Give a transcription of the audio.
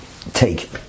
take